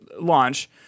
launch